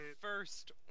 first